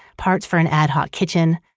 parts for an ad-hoc kitchen.